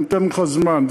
אתן לך זמן,